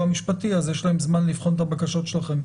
המשפטי אז יש להם זמן לבחון את הבקשות שלכם.